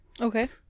okay